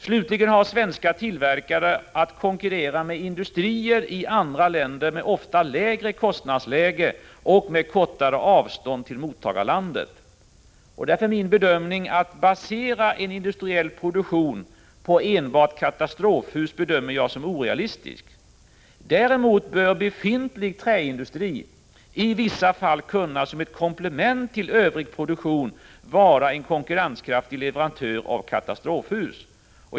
Slutligen har svenska tillverkare att konkurrera med industrier i andra länder, med ofta lägre kostnadsläge och med kortare avstånd till mottagarlandet. Därför är det min bedömning att det är orealistiskt att basera en industriell produktion på enbart katastrofhus. Däremot bör befintlig träindustri i vissa fall kunna vara en konkurrenskraftig leverantör av katastrofhus, som ett komplement till övrig produktion.